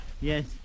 yes